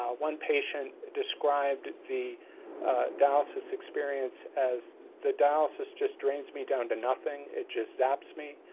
ah one patient described the dialysis experience as, the dialysis just drains me down to nothing. it just zaps me.